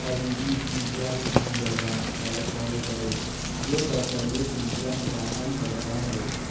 قریبی پیزا کی جگہ پر کال کرو جو بفیلو پیزا فراہم کرتا ہے